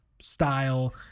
style